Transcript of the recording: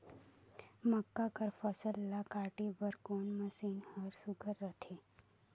मक्का कर फसल ला काटे बर कोन मशीन ह सुघ्घर रथे?